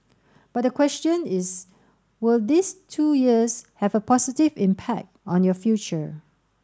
but the question is will these two years have a positive impact on your future